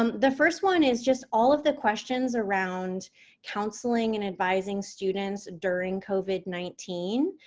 um the first one is just all of the questions around counseling and advising students during covid nineteen.